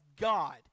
God